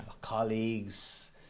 colleagues